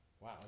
Wow